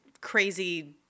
crazy